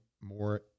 more